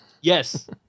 Yes